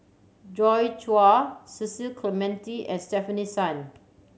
Joi Chua Cecil Clementi and Stefanie Sun